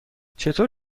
چطور